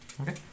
Okay